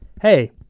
hey